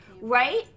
Right